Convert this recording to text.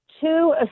two